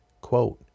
Quote